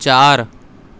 ਚਾਰ